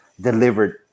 delivered –